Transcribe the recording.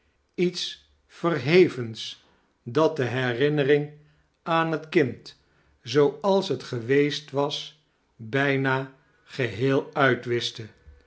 iets verhevens dat de herinnering aan het kind zooals het geweest was bijna geheel uitwischte